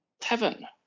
tavern